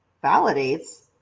validates?